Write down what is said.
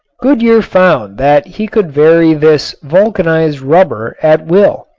goodyear found that he could vary this vulcanized rubber at will.